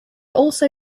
also